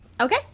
Okay